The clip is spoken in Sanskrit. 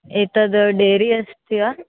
एतद् डेरी अस्ति वा